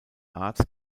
arzt